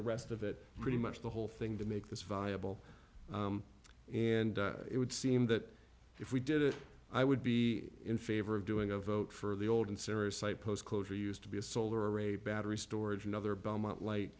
the rest of it pretty much the whole thing to make this viable and it would seem that if we did it i would be in favor of doing a vote for the old and serious site post closure used to be a solar array battery storage and other belmont light